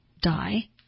die